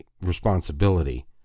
responsibility